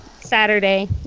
saturday